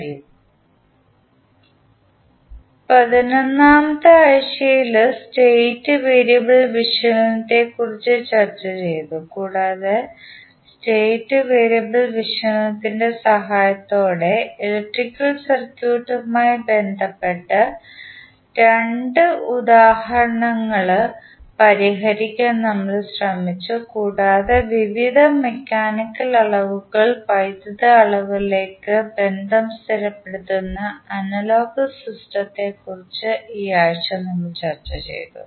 11 ാം ആഴ്ചയിൽ state variable വിശകലനത്തെക്കുറിച്ച് ചർച്ചചെയ്തു കൂടാതെ സ്റ്റേറ്റ് വേരിയബിൾ വിശകലനത്തിൻറെ സഹായത്തോടെ ഇലക്ട്രിക്കൽ സർക്യൂട്ടുമായി ബന്ധപ്പെട്ട രണ്ട് ഉദാഹരണങ്ങൾ പരിഹരിക്കാൻ നമ്മൾ ശ്രമിച്ചു കൂടാതെ വിവിധ മെക്കാനിക്കൽ അളവുകൾ വൈദ്യുത അളവിലേക്ക് ബന്ധം സ്ഥിരപ്പെടുത്തുന്ന അനലോഗ് സിസ്റ്റത്തെക്കുറിച്ച് ഈ ആഴ്ച നമ്മൾ ചർച്ച ചെയ്തു